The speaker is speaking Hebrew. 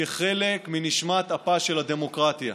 כחלק מנשמת אפה של הדמוקרטיה,